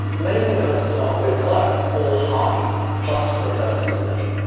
many emails start with hello, or hi plus the person's name.